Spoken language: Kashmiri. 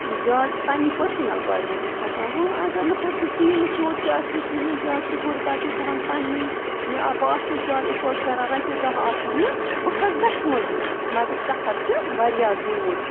زیادٕ پنٛنی پٔرسٕنَل گاڑِ منٛزٕے کھسان وۄنۍ اگر نہٕ پٔرس تیٖلَس یوت تہِ آسہِ نہٕ کِہیٖنۍ زیادٕ چھِ غُربَتٕے بہٕ وَنہٕ پنٛنُے مےٚ بہٕ آسہٕ نہٕ زیادٕ اِفٲٹ کَران رۄپیہِ دَہ آسَن نہٕ بہٕ کھَسہٕ بَسہِ منٛزٕے مگر سفر چھِ واریاہ دوٗر